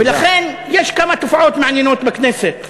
ולכן יש כמה תופעות מעניינות בכנסת.